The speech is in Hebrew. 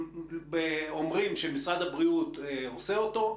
אומרים שמשרד הבריאות עושה אותו,